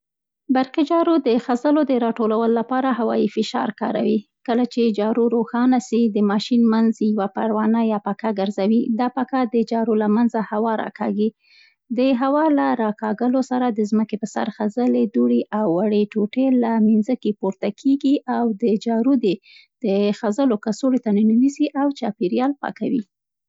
برقي جارو د خځلو د راټولولو لپاره هوايي فشار کاروي. کله چي جارو روښانه سي، د منځ ماشین یې یوه پروانه یا پکه ګرځوي، دا پکه د جارو له منځه هوا راکاږي. د هوا له راکاږلو سره، د ځمکې پر سر خځلې، دوړې او وړې ټوټې هم له مینځکې پورته کېږي او د جارو د خځلو د کڅوړې ته ننوځي او چاپېریال پاکوي.